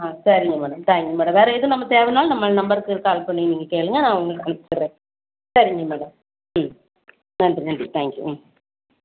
ஆ சரிங்க madam thank you madam வேறு எதுவும் நமக்கு தேவைன்னாலும் நம்ம நம்பருக்கு கால் பண்ணி நீங்கள் கேளுங்கள் நான் உங்களுக்குன்னு தரேன் சரிங்க மேடம் ம் நன்றி நன்றி தேங்க்யூ ம்